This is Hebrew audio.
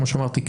כמו שאמרתי,